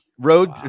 Road